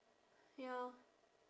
ya